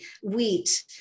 wheat